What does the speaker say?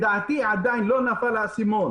אני מקווה שלא יקרה, אבל אלפי עסקים יסגרו.